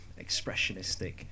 expressionistic